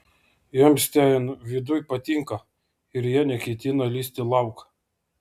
jiems ten viduj patinka ir jie neketina lįsti lauk